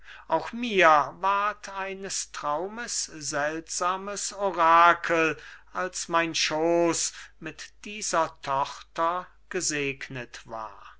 auch mir ward eines traumes seltsames orakel als mein schooß mit dieser tochter gesegnet war